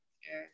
Sure